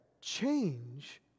change